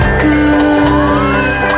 good